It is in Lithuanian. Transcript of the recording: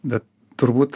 bet turbūt